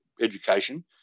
education